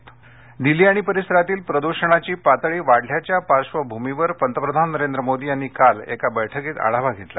पंतप्रधान दिल्ली आणि परिसरातील प्रद्षणाची पातळी वाढल्याच्या पार्वभूमीवर पंतप्रधान नरेंद्र मोदी यांनी काल एका बैठकीत आढावा घेतला